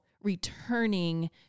Returning